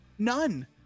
none